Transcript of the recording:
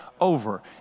over